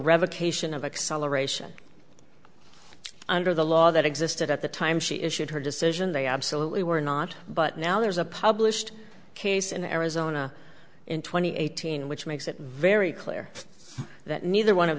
revocation of acceleration under the law that existed at the time she issued her decision they absolutely were not but now there's a published case in arizona in twenty eighteen which makes it very clear that neither one of